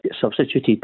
substituted